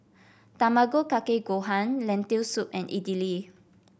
Tamago Kake Gohan Lentil Soup and Idili